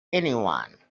anyone